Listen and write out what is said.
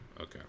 Okay